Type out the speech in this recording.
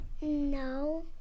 No